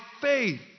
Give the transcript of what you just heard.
faith